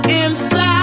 inside